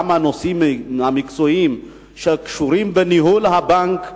גם הנושאים המקצועיים שקשורים בניהול הבנק,